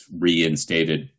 reinstated